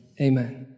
Amen